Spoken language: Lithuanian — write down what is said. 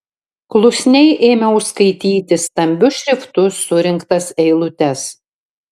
klusniai ėmiau skaityti stambiu šriftu surinktas eilutes